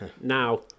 now